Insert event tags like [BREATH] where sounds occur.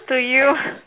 to you [BREATH]